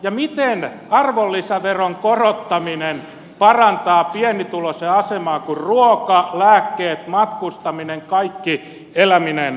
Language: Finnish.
ja miten arvonlisäveron korottaminen parantaa pienituloisen asemaa kun ruoka lääkkeet matkustaminen kaikki eläminen kallistuu